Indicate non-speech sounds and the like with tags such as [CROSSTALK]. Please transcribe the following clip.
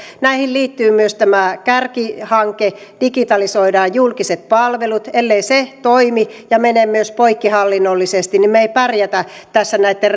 näihin liittyy myös tämä kärkihanke digitalisoidaan julkiset palvelut ellei se toimi ja mene myös poikkihallinnollisesti niin me emme pärjää tässä näitten [UNINTELLIGIBLE]